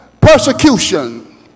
persecution